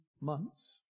months